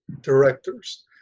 directors